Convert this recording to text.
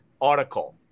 article